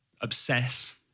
Obsess